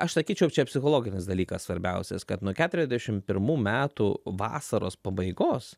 aš sakyčiau čia psichologinis dalykas svarbiausias kad nuo keturiasdešim pirmų metų vasaros pabaigos